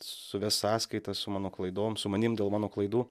suvest sąskaitas su mano klaidom su manim dėl mano klaidų